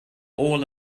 all